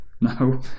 No